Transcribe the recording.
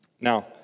Now